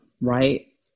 right